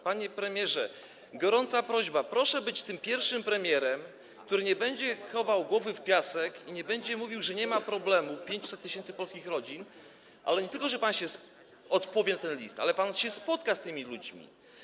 Panie premierze, gorąca prośba, proszę być tym pierwszym premierem, który nie będzie chował głowy w piasek i nie będzie mówił, że nie ma problemu 500 tys. polskich rodzin, i który nie tylko odpowie na ten list, ale i się spotka z tymi ludźmi.